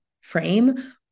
frame